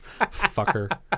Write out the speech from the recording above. Fucker